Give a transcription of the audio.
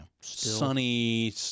sunny